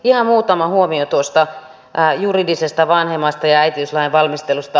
ihan muutama huomio tuosta juridisesta vanhemmasta ja äitiyslain valmistelusta